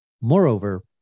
Moreover